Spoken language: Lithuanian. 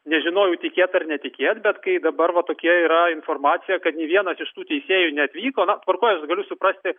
nežinojau tikėt ar netikėt bet kai dabar va tokia yra informacija kad vienas iš tų teisėjų neatvyko na tvarkoj aš galiu suprasti